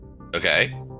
Okay